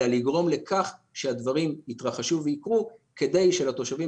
אלא לגרום לכך שהדברים יתרחשו ויקרו כדי שלתושבים